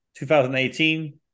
2018